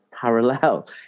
parallel